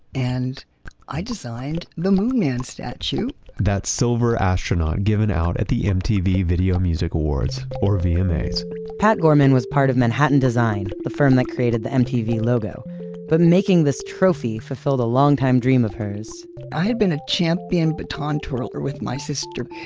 and i designed the moon man statue that silver astronaut given out at the mtv video music awards or vmas um pat gorman was part of manhattan design, the firm that created the mtv logo but making this trophy fulfilled a longtime dream of hers i had been a champion baton twirler with my sister.